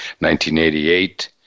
1988